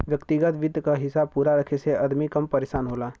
व्यग्तिगत वित्त क हिसाब पूरा रखे से अदमी कम परेसान होला